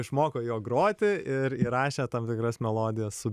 išmoko juo groti ir įrašė tam tikras melodijas su